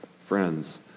Friends